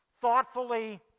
thoughtfully